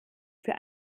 für